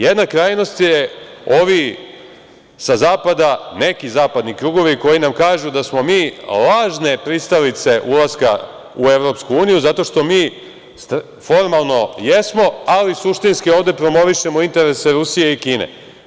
Jedna krajnost je ovi sa zapada, neki zapadni krugovi, koji nam kažu da smo mi lažne pristalice ulaska u EU, zato što mi formalno jesmo, ali suštinski ovde promovišemo interese Rusije i Kine.